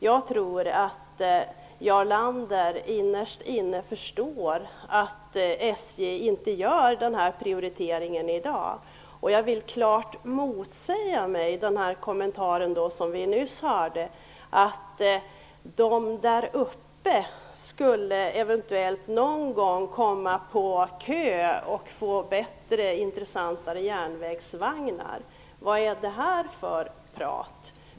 Jag tror att Jarl Lander innerst inne förstår att SJ inte gör den här prioriteringen i dag. Jag vill klart motsäga den kommentar som vi nyss hörde, nämligen att dom där uppe eventuellt någon gång skulle komma på kö och få bättre och intressantare järnvägsvagnar. Vad är det för prat?